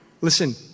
Listen